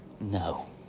No